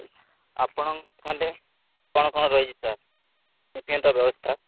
ଆପଣଙ୍କ କ'ଣ କ'ଣ ରହିଛି ସାର୍ ଟିଫିନ୍ ବ୍ୟବସ୍ଥା